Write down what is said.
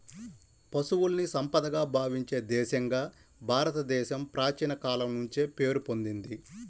పశువుల్ని సంపదగా భావించే దేశంగా భారతదేశం ప్రాచీన కాలం నుంచే పేరు పొందింది